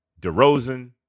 DeRozan